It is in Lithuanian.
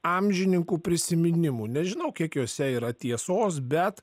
amžininkų prisiminimų nežinau kiek juose yra tiesos bet